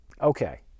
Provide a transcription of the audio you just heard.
Okay